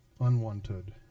unwanted